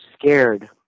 scared